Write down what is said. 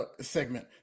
segment